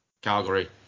Calgary